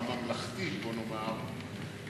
הממלכתית בוא נאמר,